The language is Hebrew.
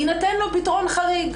יינתן לו פתרון חריג.